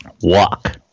walk